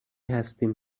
هستیم